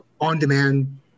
on-demand